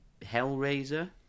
Hellraiser